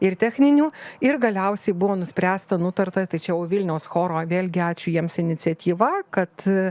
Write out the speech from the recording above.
ir techninių ir galiausiai buvo nuspręsta nutarta tai čia jau vilniaus choro vėlgi ačiū jiems iniciatyva kad